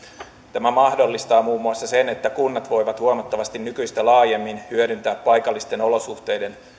tämä mahdollistaa muun muassa sen että kunnat voivat huomattavasti nykyistä laajemmin hyödyntää paikallisten olosuhteiden